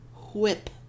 whip